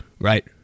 right